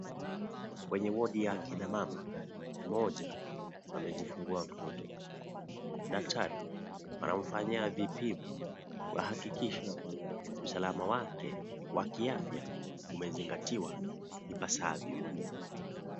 Kwenye wadi ya akina mama, mmoja amejifungua mtoto. Daktari anamfanyia vipimo kuhakikisha usalama wake wa kiafya umezingatiwa ipasavyo.